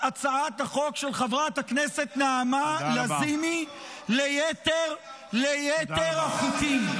הצעת החוק של חברת הכנסת נעמה לזימי ליתר החוקים.